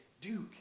Duke